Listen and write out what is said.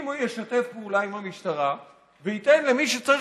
אם הוא ישתף פעולה עם המשטרה וייתן למי שצריך